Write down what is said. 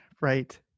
right